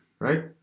Right